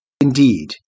Indeed